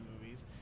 movies